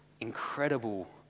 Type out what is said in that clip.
incredible